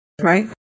right